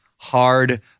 hard